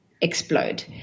explode